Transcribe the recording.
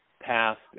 past